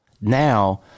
now